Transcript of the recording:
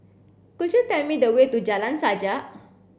could you tell me the way to Jalan Sajak